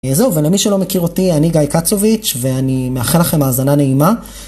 זהו, ולמי שלא מכיר אותי, אני גיא קצוביץ', ואני מאחל לכם מאזנה נעימה.